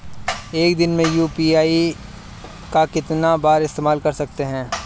एक दिन में यू.पी.आई का कितनी बार इस्तेमाल कर सकते हैं?